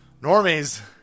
Normies